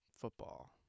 Football